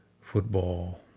football